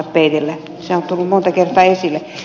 se on tullut monta kertaa esille